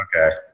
Okay